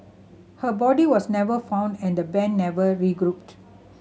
her body was never found and the band never regrouped